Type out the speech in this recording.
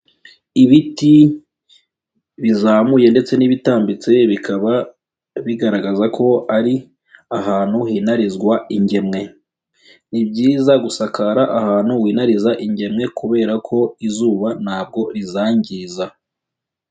Ibiti bizamuye ndetse n'ibitambitse bikaba bigaragaza ko ari ahantu hinarizwa ingemwe. Ni byiza gusakara ahantu winariza ingemwe kubera ko izuba ntabwo rizangiza.